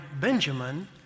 Benjamin